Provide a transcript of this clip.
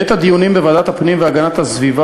בעת הדיונים בוועדת הפנים והגנת הסביבה